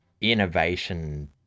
innovation